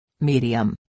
medium